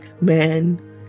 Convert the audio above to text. man